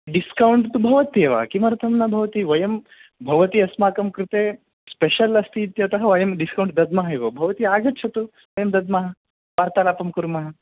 discount तु भवत्येव किमर्थं न भवति वयं भवती अस्माकं कृते स्पेषल् अस्ति इत्यतः वयं डिस्कौण्ट् दद्मः एव भवती आगच्छतु वयं दद्मः वार्तालापं कुर्मः